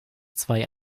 zwei